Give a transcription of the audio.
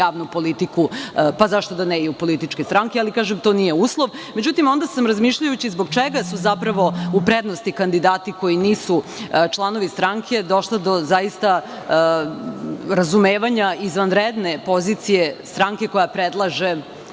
javnu politiku, pa zašto da ne i u političke stranke, ali to nije uslov.Međutim, onda sam razmišljajući zbog čega su zapravo u prednosti kandidati koji nisu članovi stranke došla do zaista razumevanja izvanredne pozicije stranke koja predlaže